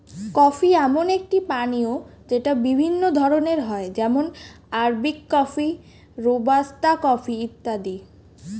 coffee এমন একটি পানীয় যেটা বিভিন্ন ধরণের হয় যেমন আরবিক কফি, রোবাস্তা কফি ইত্যাদি